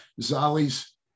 Zali's